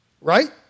right